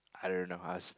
I don't know I was